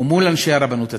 ומול אנשי הרבנות הצבאית.